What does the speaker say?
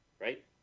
right